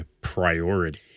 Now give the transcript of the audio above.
priority